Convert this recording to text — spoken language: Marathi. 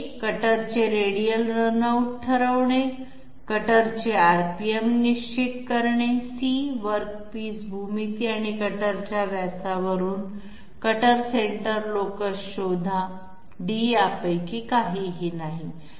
कटरचे रेडियल रन आउट ठरवणे कटरचे आरपीएम निश्चित करणे वर्क पीस भूमिती आणि कटरच्या व्यासावरून कटर सेंटर लोकस शोधा यापैकी काहीही नाही